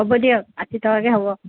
হ'ব দিয়ক আশী টকাকৈ হ'ব